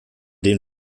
den